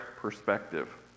perspective